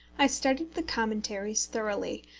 i studied the commentaries thoroughly,